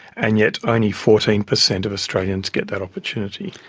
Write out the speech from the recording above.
and yet only fourteen percent of australians get that opportunity.